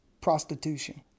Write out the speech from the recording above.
prostitution